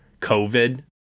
COVID